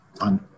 on